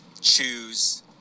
choose